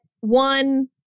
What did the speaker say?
one